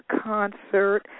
concert